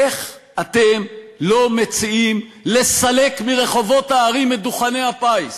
איך אתם לא מציעים לסלק מרחובות הערים את דוכני הפיס?